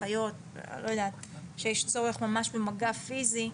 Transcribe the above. אחיות שיש צורך ממש במגע פיזי,